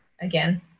again